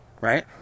Right